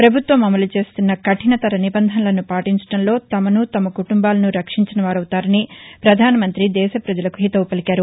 ప్రభుత్వం అమలు చేస్తున్న కఠినతర నిబంధనలను పాటించడంలో తమను తమ కుటుంబాలను రక్షించిన వారపుతారని పధాన మంతి దేశ పజలకు హితవు పలికారు